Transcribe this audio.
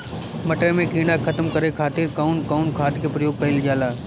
मटर में कीड़ा खत्म करे खातीर कउन कउन खाद के प्रयोग कईल जाला?